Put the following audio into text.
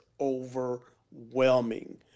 overwhelming